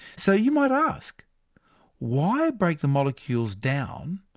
so you might ask why break the molecules down,